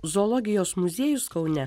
zoologijos muziejus kaune